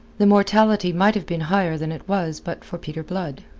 the mortality might have been higher than it was but for peter blood.